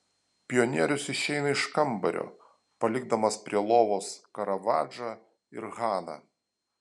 pionierius išeina iš kambario palikdamas prie lovos karavadžą ir haną